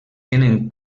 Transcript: tenen